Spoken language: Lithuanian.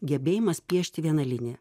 gebėjimas piešti viena linija